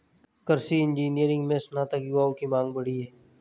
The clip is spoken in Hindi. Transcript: कृषि इंजीनियरिंग में स्नातक युवाओं की मांग बढ़ी है